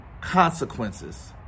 consequences